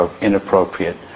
inappropriate